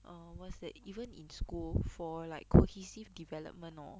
err what's that even in school for like cohesive development hor